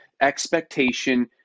expectation